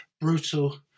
brutal